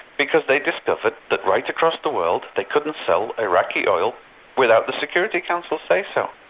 because they discovered that right across the world they couldn't sell iraqi oil without the security council's say-so.